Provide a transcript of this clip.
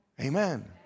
Amen